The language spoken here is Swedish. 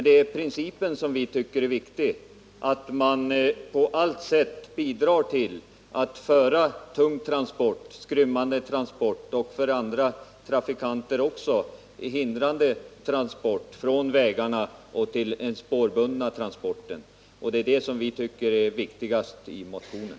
Det är principen som vi tycker är viktig, att man på allt sätt bidrar till att föra över tunga och skrymmande och för andra trafikanter hindrande transporter från landsvägarna till den spårbundna trafiken.